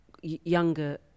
younger